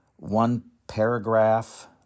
one-paragraph